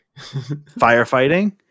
firefighting